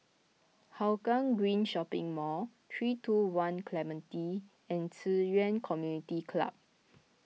Hougang Green Shopping Mall three two one Clementi and Ci Yuan Community Club